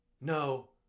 No